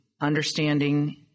understanding